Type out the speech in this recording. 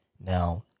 now